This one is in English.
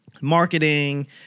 marketing